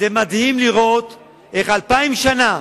מדהים לראות איך 2,000 שנה,